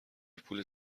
پول